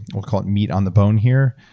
we'll call it meat on the bone here,